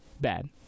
bad